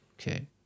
okay